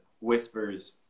whispers